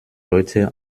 leute